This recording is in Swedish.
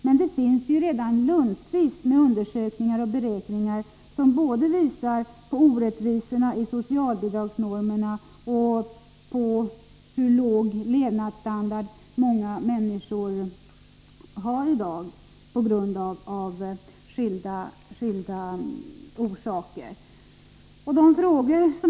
Men det finns ju redan luntvis med undersökningar och beräkningar som visar både på orättvisorna i socialbidragsnormerna och på hur låg levnadsstandard många människor har i dag av skilda orsaker.